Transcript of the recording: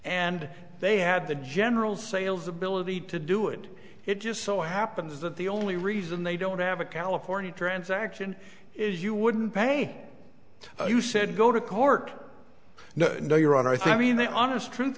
and they had the general sales ability to do it it just so happens that the only reason they don't have a california transaction is you wouldn't pay you said go to court no no your honor i think i mean the honest truth